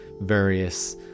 various